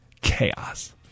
chaos